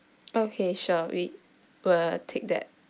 okay sure we will take that